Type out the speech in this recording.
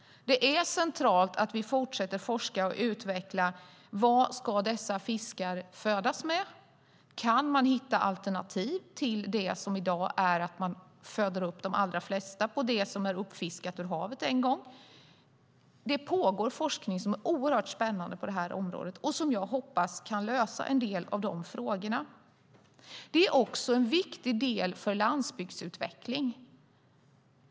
Det är centralt att vi fortsätter att forska och utveckla vad dessa fiskar ska födas med. Kan man hitta alternativ till det som i dag är att föda upp de allra flesta på det som är uppfiskat ur haven en gång? Det pågår forskning som är oerhört spännande på det här området och som jag hoppas kan lösa en del av dessa frågor. Det är också viktigt för landsbygdsutvecklingen.